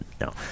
no